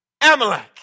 Amalek